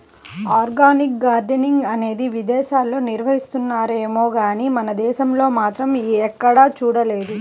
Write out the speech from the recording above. organic gardening అనేది విదేశాల్లో నిర్వహిస్తున్నారేమో గానీ మన దేశంలో మాత్రం ఎక్కడా చూడలేదు